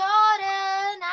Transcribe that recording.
Jordan